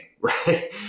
Right